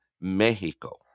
Mexico